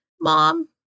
mom